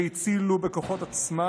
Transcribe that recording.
והצילו בכוחות עצמן,